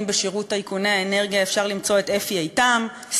בשירות טייקוני האנרגיה אפשר למצוא את אפי איתם,